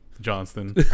Johnston